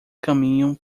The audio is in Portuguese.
caminham